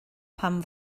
pam